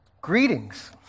greetings